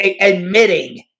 admitting